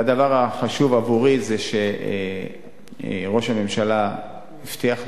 והדבר החשוב עבורי זה שראש הממשלה הבטיח לי,